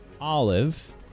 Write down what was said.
Olive